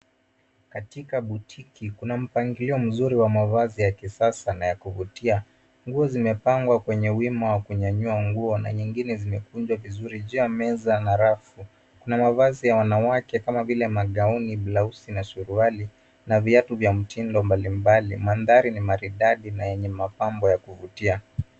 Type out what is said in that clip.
Katika botiki kuna mpangilio mzuri wa mavazi ya kisasa na ya kuvutia. Nguo zimepangwa kwenye wima wa kunyanyua nguo na nyingine zimekunjwa vizuri. Juu ya meza na rafu, kuna mavazi ya wanawake kama vile magauni, blausi na suruali na viatu vya mtindo mbalimbali. Mandhari ni maridadi na yenye mapambo ya kuvutia.